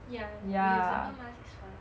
ya reusable mask is fine